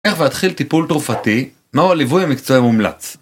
איך להתחיל טיפול תרופתי? מהו הליווי המקצועי המומלץ?